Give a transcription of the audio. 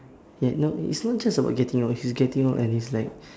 yeah no it's not just about getting old he's getting out and he's like